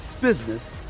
business